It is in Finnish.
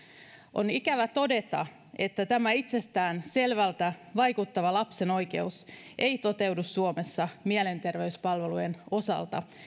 on ikävä todeta että tämä itsestään selvältä vaikuttava lapsen oikeus ei toteudu suomessa mielenterveyspalvelujen osalta